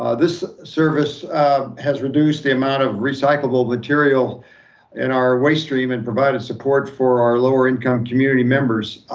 ah this service has reduced the amount of recyclable material in our waste stream and provided support for our lower income community members.